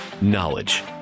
knowledge